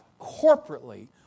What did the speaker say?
corporately